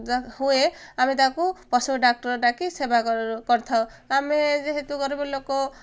ହୁଏ ଆମେ ତାକୁ ପଶୁ ଡାକ୍ତର ଡାକି ସେବା କରିଥାଉ ଆମେ ଯେହେତୁ ଗରିବ ଲୋକ